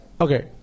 okay